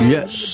Yes